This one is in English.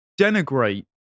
denigrate